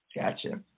gotcha